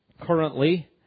currently